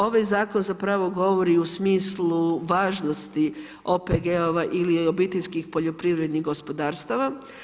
Ovaj zakon zapravo govori i u smislu važnosti OPG-ova ili obiteljskih poljoprivrednih gospodarstava.